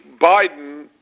Biden